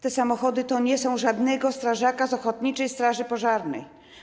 Te samochody nie są żadnego strażaka z ochotniczej straży pożarnej.